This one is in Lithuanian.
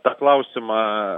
tą klausimą